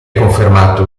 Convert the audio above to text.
confermato